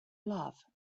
love